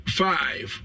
five